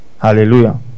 Hallelujah